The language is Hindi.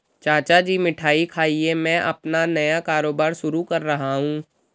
चाचा जी मिठाई खाइए मैं अपना नया कारोबार शुरू कर रहा हूं